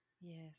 yes